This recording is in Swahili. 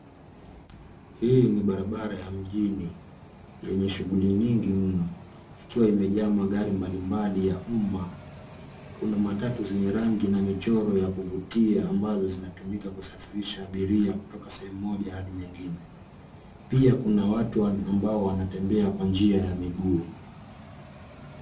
Hii ni barabara ya mjini yenye shughuli nyingi mno ikiwa imejaa magari mbalimbali ya umma. Kuna matatu zenye rangi na michoro ya kuvutia ambazo zinatumika kusafirisha abiria kutoka sehemu moja hadi mwingine. Pia kuna watu ambao wanatembea kwa njia ya miguu.